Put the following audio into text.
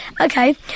Okay